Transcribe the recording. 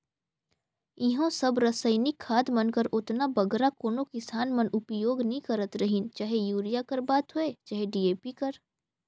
इहों सब रसइनिक खाद मन कर ओतना बगरा कोनो किसान मन उपियोग नी करत रहिन चहे यूरिया कर बात होए चहे डी.ए.पी कर